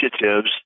initiatives